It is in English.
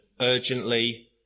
urgently